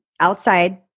outside